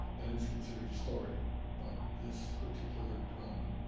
that it's considered a story. but this particular development,